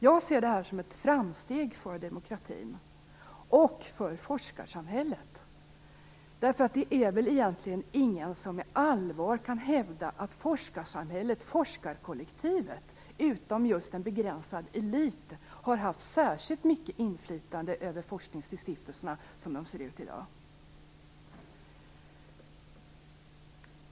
Jag ser detta som ett framsteg för demokratin och för forskarsamhället, därför att det finns väl egentligen ingen som med allvar kan hävda att forskarkollektivet, utom just en begränsad elit, har haft särskilt mycket inflytande över forskningsstiftelserna som de ser ut i dag.